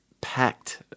packed